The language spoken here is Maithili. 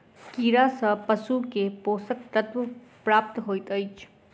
कीड़ा सँ पशु के पोषक तत्व प्राप्त होइत अछि